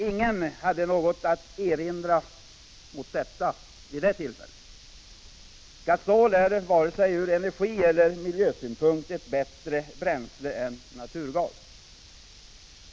Ingen hade något att erinra mot detta vid det tillfället. Gasol är vare sig ur energieller miljösynpunkt ett bättre bränsle än naturgas.